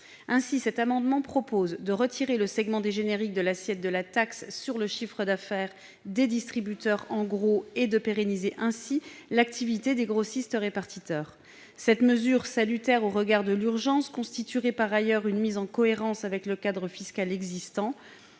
présent amendement vise à retirer le segment des génériques de l'assiette de la taxe sur le chiffre d'affaires des distributeurs en gros et à pérenniser, ainsi, l'activité des grossistes-répartiteurs. Cette mesure, salutaire au regard de l'urgence, constituerait, par ailleurs, une mise en cohérence avec le cadre fiscal existant,